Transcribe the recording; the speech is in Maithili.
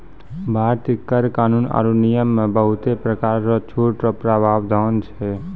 भारतीय कर कानून आरो नियम मे बहुते परकार रो छूट रो प्रावधान छै